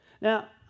Now